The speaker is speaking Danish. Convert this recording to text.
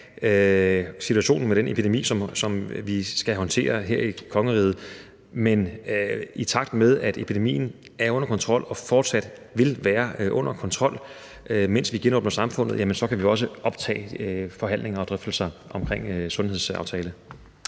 situationen med den epidemi, som vi skal håndtere her i kongeriget. Men i takt med at epidemien kommer under kontrol og fortsat vil være under kontrol, mens vi genåbner samfundet, kan vi også optage forhandlinger og drøftelser om sundhedsaftalen.